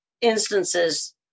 instances